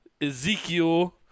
Ezekiel